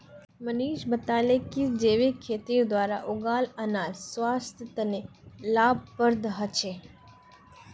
मनीष बताले कि जैविक खेतीर द्वारा उगाल अनाज स्वास्थ्य तने लाभप्रद ह छे